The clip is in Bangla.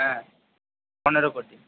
হ্যাঁ পনেরো কোটি